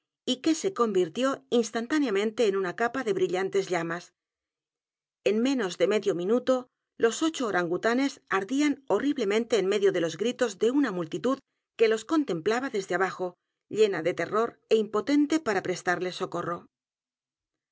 y que se convirtió instantáneamente en una capa de brillantes llamas en menos de medio m i nuto los ocho orangutanes ardían horriblemente en m e dio de los gritos de una multitud que los contemplaba desde abajo llena de terror é impotente para